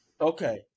Okay